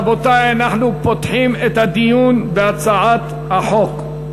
רבותי, אנחנו פותחים את הדיון בהצעת החוק.